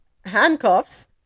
handcuffs